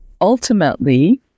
ultimately